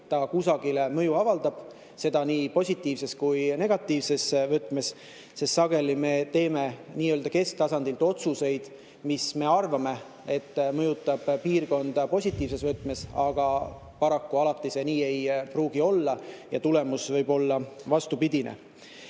see kusagile mõju avaldab, nii positiivses kui negatiivses võtmes. Sageli me teeme nii-öelda kesktasandil otsuseid, mis meie arvates mõjutavad piirkonda positiivses võtmes, aga paraku alati ei pruugi nii olla ja tulemus võib olla vastupidine.